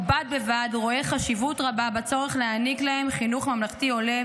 ובד בבד רואה חשיבות רבה בצורך להעניק להם חינוך ממלכתי הולם,